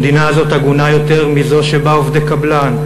המדינה הזאת הגונה יותר מזו שבה עובדי קבלן,